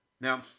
Now